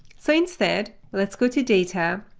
so instead, let's go to data,